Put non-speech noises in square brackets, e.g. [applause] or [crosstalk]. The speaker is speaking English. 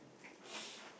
[noise]